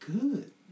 good